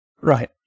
Right